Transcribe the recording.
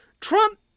Trump